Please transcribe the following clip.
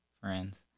friends